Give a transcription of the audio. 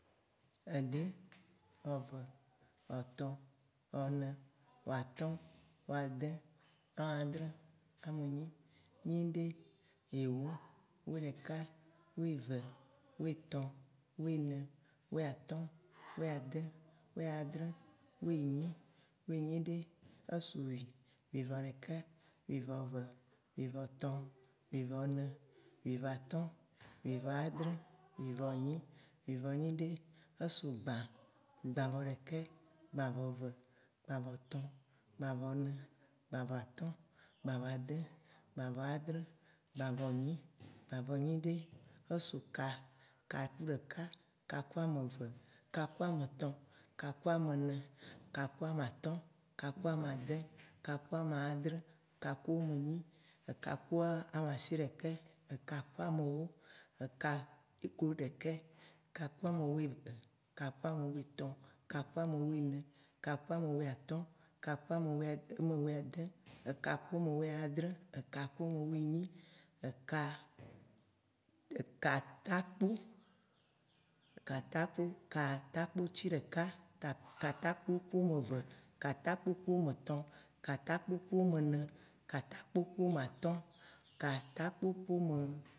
Eɖe, eve, xɔtɔ, xɔne, xɔatɔ̃, xɔade, amadrẽ, amenyi, nyiɖe, yewo Wuiɖeka, wuive, wuitɔ̃, wuine, wuiatɔ̃, wuiade, wuiãdrẽ, wuienyi, wuinyiɖe, esu wui Wui vɔ ɖeke, wui vɔ ve, wui vɔ tɔ̃, wui vɔ ne, wui vɔ atɔ̃, wui vɔ ade wui vɔ ãdrẽ, wui vɔ enyi, wui vɔ nyiɖe esu gbã Gbã vɔ ɖeke, gbã vɔ ve, gbã vɔ tɔ̃, gbã vɔ ne, gbã vɔ atɔ̃, gbã vɔ ade, gbã vɔ ãdrẽ, gbã vɔ enyi, gbã vɔ nyiɖe esu ka Ka ku ɖeka, ka ku ame ve, ka ku ame etɔ̃, ka ku ame ene, ka ku ame atɔ̃, ka ku ame ade, kaku ame ãdrẽ, kaku ame enyi, kaku ame asiɖeke, eka ku ame ewo Eka ku ame wuiɖeke, ka ku ame wuieve, ka ku ame wuietɔ̃, ka ku ame wuiene, ka ku ame wuiatɔ̃, ka ku ame wuiade, ka ku ame wuiãdrẽ, ka ku ame wuienyi, eka ku ame wuiasieke, katakpo Katakpo ti ɖeka, katakpo ku ameve, katakpo ku ame tɔ̃, katakpo ku ame ene, katakpo ku ame atɔ̃, katakpo ku ame